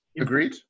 Agreed